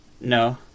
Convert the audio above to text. No